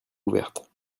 ouverte